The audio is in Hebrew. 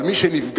אבל מי שנפגע,